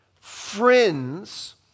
friends